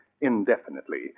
indefinitely